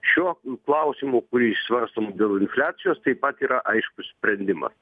šiuo klausimu kurį svarstom dėl infliacijos taip pat yra aiškus sprendimas